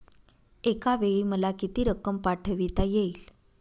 एकावेळी मला किती रक्कम पाठविता येईल?